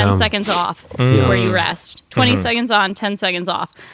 ah seconds off or you rest twenty seconds on, ten seconds off.